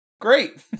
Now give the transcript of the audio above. great